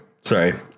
Sorry